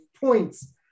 points